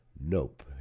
Nope